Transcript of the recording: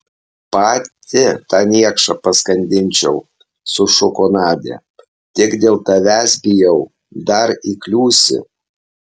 pati tą niekšą paskandinčiau sušuko nadia tik dėl tavęs bijau dar įkliūsi